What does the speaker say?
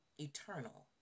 Eternal